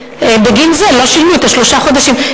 ובגין זה לא שילמו על שלושה חודשים.